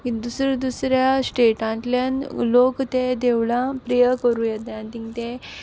की दुसऱ्या दुसऱ्या स्टेटांतल्यान लोक ते देवळांत प्रेयर कोरूंक येताय आनी तींग ते